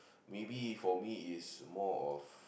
maybe for me is more of